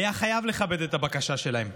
היינו חייבים לכבד את הבקשה שלהן.